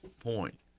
point